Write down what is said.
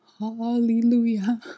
hallelujah